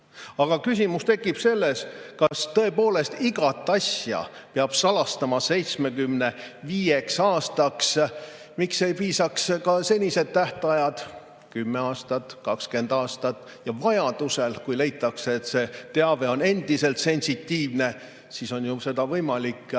Aga küsimus tekib sellest, kas tõepoolest igat asja peab salastama 75 aastaks. Miks ei piisaks ka senised tähtajad: 10 aastat, 20 aastat ja vajadusel, kui leitakse, et see teave on endiselt sensitiivne, on seda võimalik